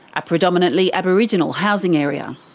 a predominantly aboriginal housing area.